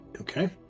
Okay